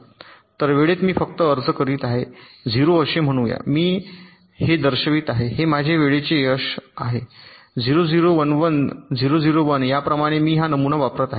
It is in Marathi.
तर वेळेत मी फक्त अर्ज करीत आहे 0 असे म्हणूया मी आहे हे दर्शवित आहे हे माझे वेळेचे अक्ष आहे 0 0 1 1 0 0 1 याप्रमाणे मी हा नमुना वापरत आहे